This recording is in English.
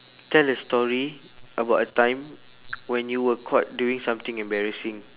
tell a story about a time when you were caught doing something embarrassing